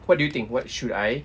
what do you think what should I